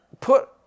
put